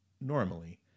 normally